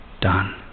done